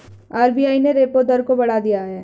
RBI ने repo दर को बढ़ा दिया है